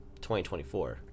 2024